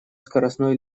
скоростной